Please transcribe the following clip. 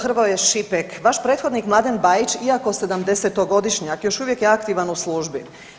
Hrvoje Šipek, vaš prethodnik Mladen Bajić, iako 70-godišnjak, još uvijek je aktivan u službi.